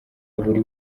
buri